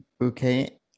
Okay